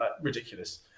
ridiculous